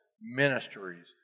ministries